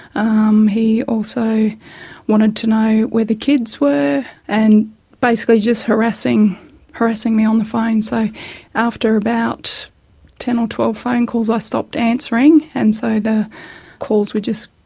um he also wanted to know where the kids were, and basically just harassing harassing me on the phone. so after about ten or twelve phone calls i stopped answering, and so the calls were just